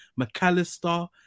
McAllister